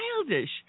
childish